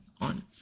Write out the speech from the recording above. on